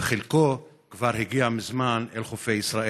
וחלקו כבר הגיע מזמן אל חופי ישראל.